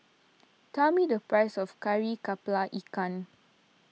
tell me the price of Kari Kepala Ikan